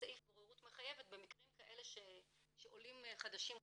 סעיף בוררות מחייבת במקרים כאלה שעולים חדשים רומו.